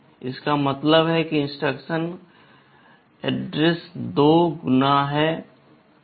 इसका मतलब है कि इंस्ट्रक्शन पते 2 गुणक हैं